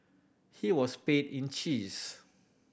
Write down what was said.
he was paid in cheese